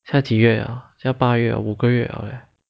现在几月了八月了五个月 liao